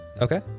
okay